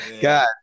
God